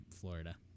florida